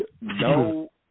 no